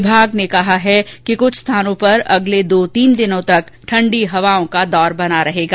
विभाग ने कहा है कि कुछ स्थानों पर अगले दो तीन दिनों तक ठंडी हवाओं का दौर बना रहेगा